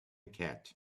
cat